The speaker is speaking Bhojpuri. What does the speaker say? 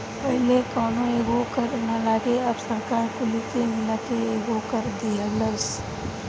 पहिले कौनो एगो कर ना रहे अब सरकार कुली के मिला के एकेगो कर दीहलस